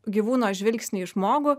gyvūno žvilgsnį į žmogų